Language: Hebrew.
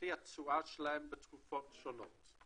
לפי התשואה שלהם בתקופות שונות.